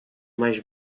mais